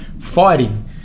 fighting